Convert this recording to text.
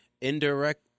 indirect